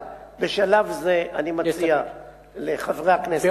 בשלב זה אני מציע לחברי הכנסת הנכבדים,